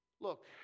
Look